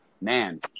man